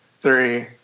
three